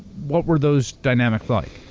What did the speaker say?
what were those dynamics like?